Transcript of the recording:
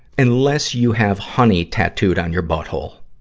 unless you have honey tattooed on your butthole,